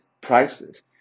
prices